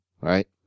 Right